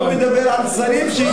לא מדבר על שרים.